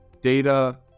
data